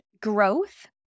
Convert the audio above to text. growth